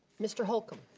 mr. holkam.